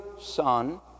Son